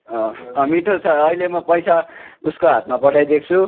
मिठो छ अहिले म पैसा उसको हातमा पठाइदिएको छु